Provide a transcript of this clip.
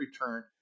return